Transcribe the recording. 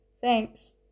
Thanks